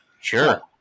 sure